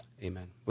Amen